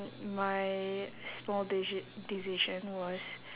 my small deci~ decision was